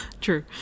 True